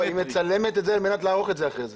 היא מצלמת על מנת לערוך את זה לאחר מכן.